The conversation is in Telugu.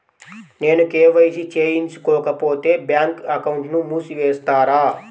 నేను కే.వై.సి చేయించుకోకపోతే బ్యాంక్ అకౌంట్ను మూసివేస్తారా?